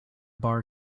bar